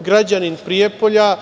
građanin Prijepolja,